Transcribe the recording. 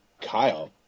Kyle